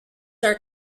are